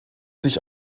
sich